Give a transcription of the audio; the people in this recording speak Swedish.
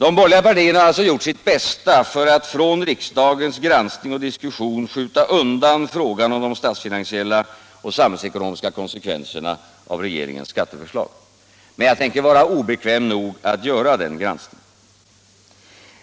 De borgerliga partierna har alltså gjort sitt bästa för att från riksdagens granskning och diskussion skjuta undan frågan om de statsfinansiella och samhällsekonomiska konsekvenserna av regeringens skatteförslag. Men jag tänker vara obekväm nog att göra den granskningen.